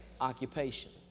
Occupation